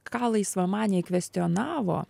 ką laisvamaniai kvestionavo